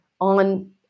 on